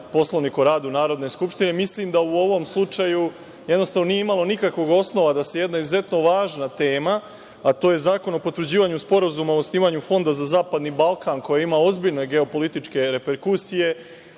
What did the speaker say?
Poslovnik o radu Narodne skupštine, mislim da u ovom slučaju jednostavno nije imalo nikakvog osnova da se jedna izuzetno važna tema, a to je Zakon o potvrđivanju sporazuma o osnivanju fonda za zapadni Balkan, koja ima ozbiljne geopolitičke reperkusije